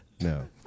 no